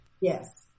Yes